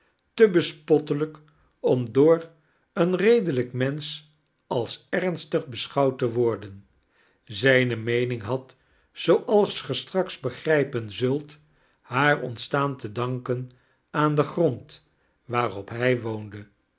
te bespottelijk om door een redelijk mensch als ernstig beschouwd te worden zijne meening had zooals ge straks begrijpen zult haar ontstaan te danken aan den grond waarop hij woonde